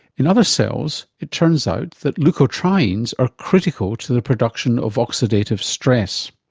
in other cells, it turns out that leukotrienes are critical to the production of oxidative stress.